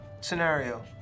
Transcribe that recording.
Scenario